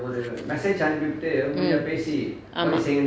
mm ஆமாம்:aamaam